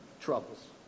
troubles